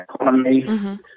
economy